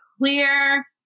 clear